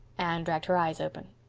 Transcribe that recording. anne dragged her eyes open.